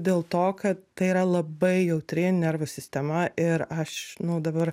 dėl to kad tai yra labai jautri nervų sistema ir aš nu dabar